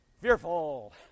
Fearful